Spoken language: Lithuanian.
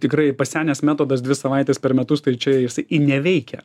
tikrai pasenęs metodas dvi savaites per metus tai čia jis neveikia